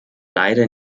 leider